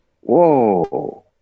whoa